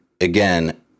again